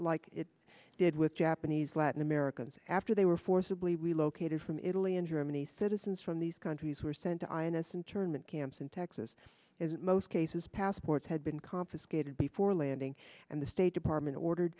like it did with japanese latin americans after they were forcibly relocated from italy and germany citizens from these countries were sent to ins internment camps in texas as most cases passports had been confiscated before landing and the state department